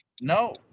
No